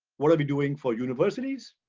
what are we doing for universities.